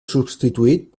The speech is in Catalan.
substituït